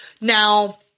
now